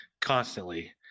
constantly